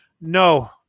No